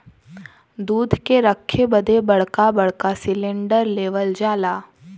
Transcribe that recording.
दूध के रखे बदे बड़का बड़का सिलेन्डर लेवल जाला